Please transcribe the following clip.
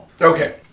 Okay